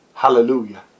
Hallelujah